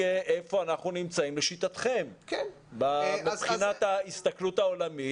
איפה אנחנו נמצאים לשיטתכם מבחינת ההסתכלות העולמית